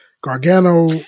Gargano